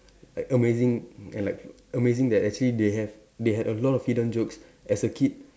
like amazing and like amazing that actually they have they had a lot of hidden jokes as a kid